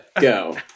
Go